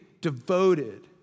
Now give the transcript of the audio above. devoted